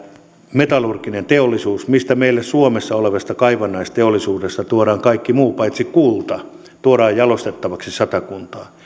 metallurginen teollisuus suomessa olevasta kaivannaisteollisuudesta tuodaan kaikki muu paitsi kulta jalostettavaksi meille satakuntaan